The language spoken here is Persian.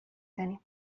دانیم